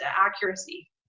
accuracy